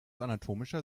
anatomischer